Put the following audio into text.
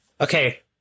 Okay